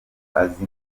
azi